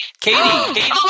Katie